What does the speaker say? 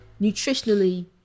nutritionally